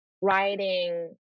writing